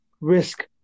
risk